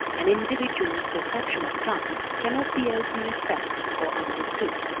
an individual's perception of time cannot be openly felt or understood,